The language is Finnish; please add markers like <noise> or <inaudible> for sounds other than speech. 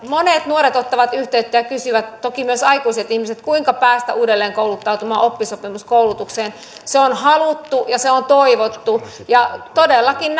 monet nuoret ottavat yhteyttä ja kysyvät toki myös aikuiset ihmiset kuinka päästä uudelleenkouluttautumaan oppisopimuskoulutukseen se on haluttu ja se on toivottu ja todellakin <unintelligible>